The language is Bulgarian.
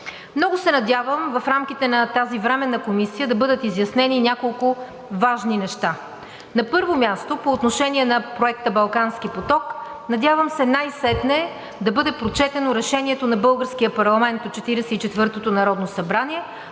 Много се надявам в рамките на тази временна комисия да бъдат изяснени няколко важни неща. На първо място, по отношение на проекта „Балкански поток“, надявам се най-сетне да бъде прочетено Решението на българския парламент от 44-ото Народно събрание,